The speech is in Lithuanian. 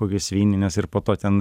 kokias vynines ir po to ten